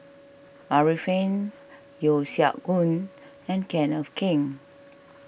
Arifin Yeo Siak Goon and Kenneth Keng